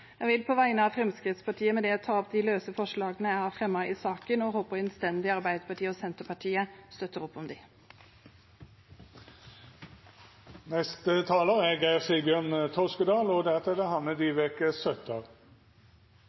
Jeg vil på vegne av Fremskrittspartiet med det ta opp de løse forslagene jeg har fremmet i saken, og håper innstendig Arbeiderpartiet og Senterpartiet støtter opp om dem. Representanten Åshild Bruun-Gundersen har teke opp forslaga nr. 354, 355 og